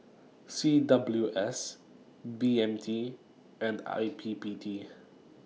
C W S B M T and I P P T